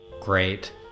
Great